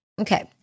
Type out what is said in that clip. Okay